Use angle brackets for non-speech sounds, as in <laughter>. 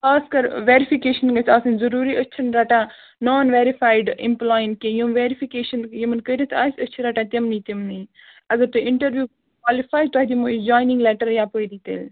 خاص کَر ویرِفِکیشن گژھہِ آسٕنۍ ضروٗری أسۍ چھِنہٕ رَٹان نان ویرِفایڈ ایمپلاین کیٚنٛہہ یِم ویرِفِکیشَن یِمَن کٔرِتھ آسہِ أسۍ چھِ رَٹان تِمنٕے تِمنٕے اگر تُہۍ اِنٹروِو <unintelligible> کوالِفاے تۄہہِ دِمہو جوایِنِنٛگ لیٚٹَر یَپٲری تیٚلہِ